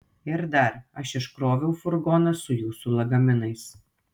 ir dar aš iškroviau furgoną su jūsų lagaminais